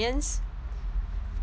and then uh